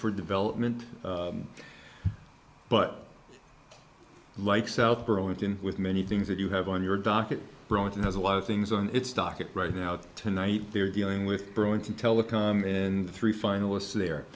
for development but like south burlington with many things that you have on your docket brought in has a lot of things on its docket right now tonight they're dealing with burlington telecom in the three finalists there